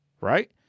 Right